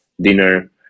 dinner